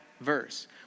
verse